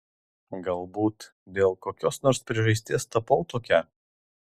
galbūt dėl kokios nors priežasties tapau tokia